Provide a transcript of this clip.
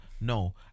no